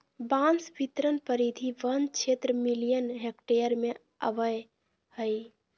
बांस बितरण परिधि वन क्षेत्र मिलियन हेक्टेयर में अबैय हइ